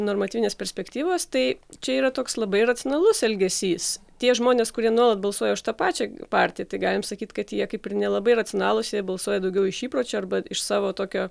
normatyvinės perspektyvos tai čia yra toks labai racionalus elgesys tie žmonės kurie nuolat balsuoja už tą pačią partiją tai galim sakyt kad jie kaip ir nelabai racionalūs jie balsuoja daugiau iš įpročio arba iš savo tokio